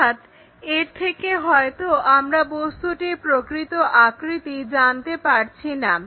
অর্থাৎ এর থেকে হয়তো আমরা বস্তুটির প্রকৃত আকৃতি জানতে পারছি না